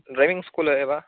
driving school एव